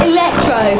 Electro